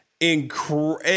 incredible